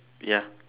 ya